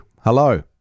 hello